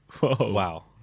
Wow